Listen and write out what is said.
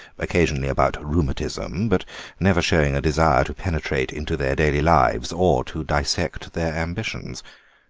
occasionally about rheumatism, but never showing a desire to penetrate into their daily lives or to dissect their ambitions.